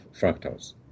fractals